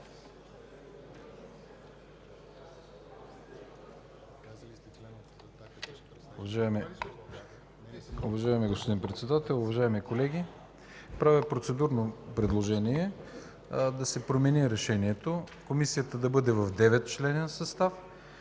Уважаеми господин Председател, уважаеми колеги, правя процедурно предложение да се промени решението. Комисията да бъде от 9-членен състав,